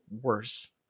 worse